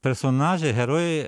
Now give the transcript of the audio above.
personažai herojai